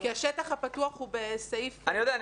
כי השטח הפתוח הוא בסעיף --- אני יודע,